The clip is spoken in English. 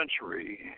century